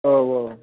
औ औ